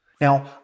Now